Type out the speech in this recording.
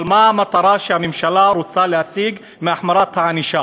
אבל מה המטרה שממשלה רוצה להשיג מהחמרת הענישה?